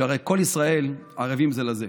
שהרי כל ישראל ערבים זה לזה.